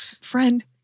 friend